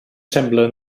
sembla